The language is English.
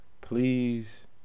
please